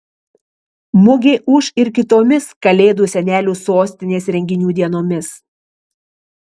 mugė ūš ir kitomis kalėdų senelių sostinės renginių dienomis